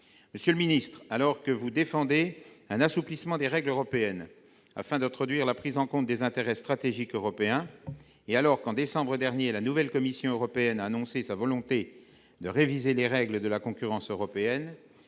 M. le ministre défend un assouplissement des règles européennes afin d'introduire la prise en compte des intérêts stratégiques européens, et alors qu'en décembre dernier la nouvelle Commission européenne a annoncé sa volonté de réviser les règles de la concurrence européenne,